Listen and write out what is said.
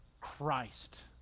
Christ